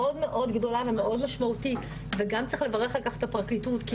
גדולה ומאוד משמעותית וגם צריך לברך על כך את הפרקליטות,